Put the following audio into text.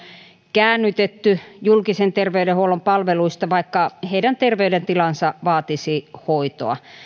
käännytetty julkisen terveydenhuollon palveluista vaikka heidän terveydentilansa vaatisi hoitoa